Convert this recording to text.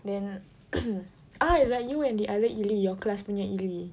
then ah like you and the other Eli your class punya Eli